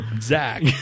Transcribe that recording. Zach